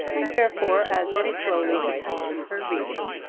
and therefore, as she slowly continued her reading,